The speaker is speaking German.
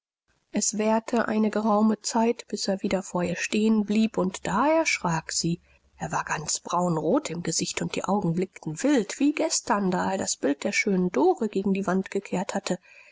es währte eine geraume zeit bis er wieder vor ihr stehen blieb und da erschrak sie er war ganz braunrot im gesicht und die augen blickten wild wie gestern da er das bild der schönen dore gegen die wand gekehrt hatte